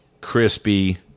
crispy